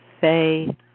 Say